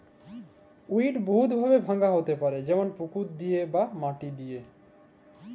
weed বহুত ভাবে ভাঙা হ্যতে পারে যেমল পুকুর দিয়ে বা মাটি দিয়ে